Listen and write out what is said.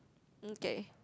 okay